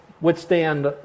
withstand